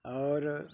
ਔਰ